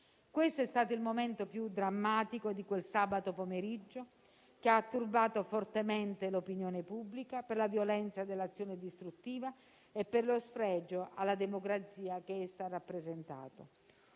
Questo è stato il momento più drammatico di quel sabato pomeriggio, che ha turbato fortemente l'opinione pubblica per la violenza dell'azione distruttiva e per lo sfregio alla democrazia che esso ha rappresentato;